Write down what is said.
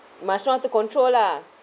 must want to control lah